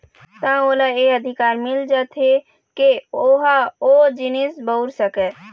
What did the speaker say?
त ओला ये अधिकार मिल जाथे के ओहा ओ जिनिस बउर सकय